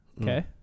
Okay